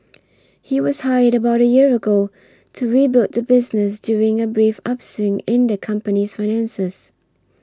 he was hired about a year ago to rebuild the business during a brief upswing in the company's finances